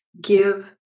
give